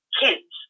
kids